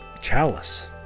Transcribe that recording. chalice